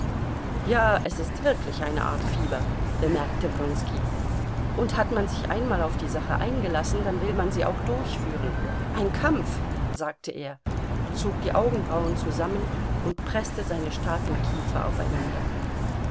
ja es ist wirklich eine art fieber bemerkte wronski und hat man sich einmal auf die sache eingelassen dann will man sie auch durchführen ein kampf sagte er zog die augenbrauen zusammen und preßte seine starken kiefer aufeinander